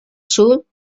sud